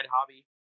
hobby